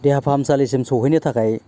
देहा फाहामसालिसिम सौहैनो थाखाय